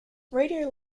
radio